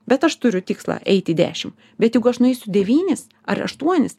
bet aš turiu tikslą eiti dešim bet jeigu aš nueisiu devynis ar aštuonis